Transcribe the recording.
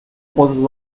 poses